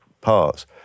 parts